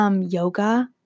Yoga